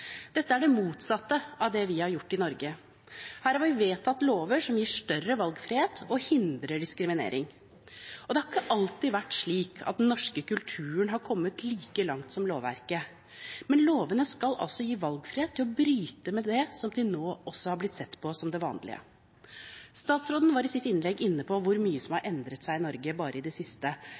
Dette er det motsatte av det vi har gjort i Norge. Her har vi vedtatt lover som gir større valgfrihet og hindrer diskriminering. Det har ikke alltid vært slik at den norske kulturen har kommet like langt som lovverket. Men lovene skal altså gi valgfrihet til å bryte med det som til nå er blitt sett på som det vanlige. Statsråden var i sitt innlegg inne på hvor mye som har endret seg i Norge bare i det siste.